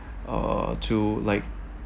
uh to like